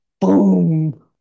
boom